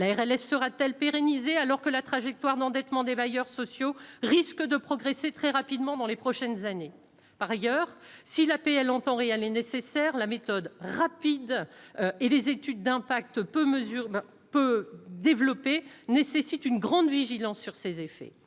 la RLS sera-t-elle pérennisée, alors que la trajectoire d'endettement des bailleurs sociaux risque de progresser très rapidement dans les prochaines années, par ailleurs, si l'APL en temps réel est nécessaire, la méthode rapide et les études d'impact peut mesurer peu développer nécessite une grande vigilance sur ses effets